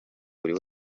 buri